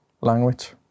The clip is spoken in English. language